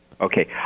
Okay